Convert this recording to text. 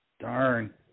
Darn